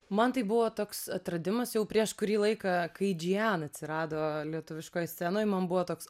man tai buvo toks atradimas jau prieš kurį laiką kai džijan atsirado lietuviškoj scenoj man buvo toks